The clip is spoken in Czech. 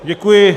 Děkuji.